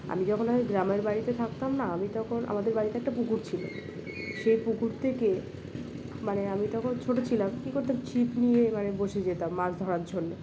আমি যখন আগে গ্রামের বাড়িতে থাকতাম না আমি তখন আমাদের বাড়িতে একটা পুকুর ছিল সেই পুকুর থেকে মানে আমি তখন ছোটো ছিলাম কী করতাম ছিপ নিয়ে মানে বসে যেতাম মাছ ধরার জন্য